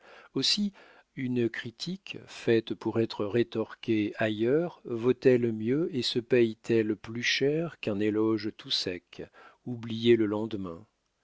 aussi une critique faite pour être rétorquée ailleurs vaut-elle mieux et se paye t elle plus cher qu'un éloge tout sec oublié le lendemain